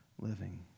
living